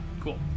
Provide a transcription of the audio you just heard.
cool